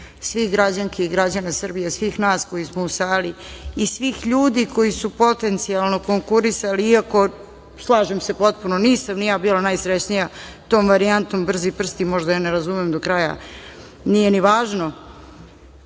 svih građanki i građana Srbije, svih nas koji smo u sali i svih ljudi koji su potencijalno konkurisali, iako, slažem se potpuno, nisam ni ja bila najsrećnija tom varijantom brzi prsti. Možda ja ne razumem do kraja, nije ni važno. Hajde